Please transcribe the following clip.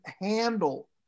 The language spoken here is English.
handle